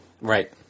Right